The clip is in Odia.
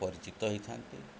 ପରିଚିତ ହେଇଥାନ୍ତି